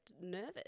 nervous